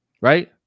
right